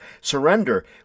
surrender